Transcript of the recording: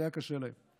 וזה היה קשה להם.